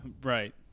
Right